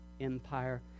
empire